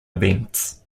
events